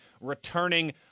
returning